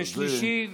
בשלישי,